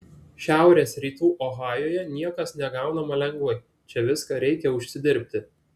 šiaurės rytų ohajuje niekas negaunama lengvai čia viską reikia užsidirbti